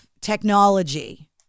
technology